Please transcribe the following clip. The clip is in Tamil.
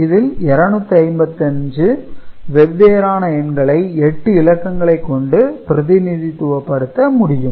இதில் 255 வெவ்வேறான எண்களை 8 இலக்கங்களை கொண்டு பிரதிநிதித்துவப்படுத்த முடியும்